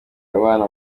abana